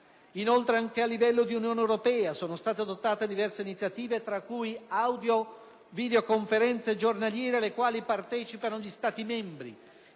Inoltre, anche a livello di Unione europea sono state adottate diverse iniziative, tra cui audio-videoconferenze giornaliere alle quali partecipano gli Stati membri,